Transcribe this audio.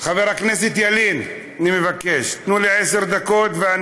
חבר הכנסת ילין, אני מבקש, תנו לי עשר דקות.